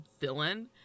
villain-